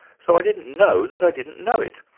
so i didn't know that i didn't know it,